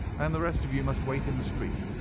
and the rest of you must wait in the street.